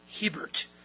Hebert